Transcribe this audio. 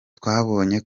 twabonye